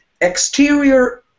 exterior